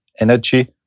energy